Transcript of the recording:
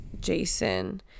jason